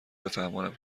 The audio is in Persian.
بفهمانم